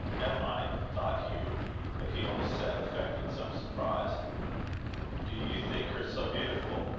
am i? thought hugh but he only said, affecting some surprise do you think her so beautiful?